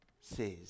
says